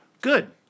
Good